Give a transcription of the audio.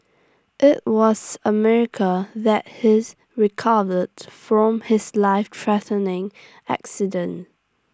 IT was A miracle that he recovered from his lifethreatening accident